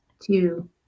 two